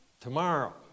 tomorrow